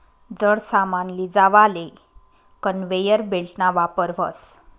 जड सामान लीजावाले कन्वेयर बेल्टना वापर व्हस